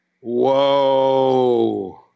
Whoa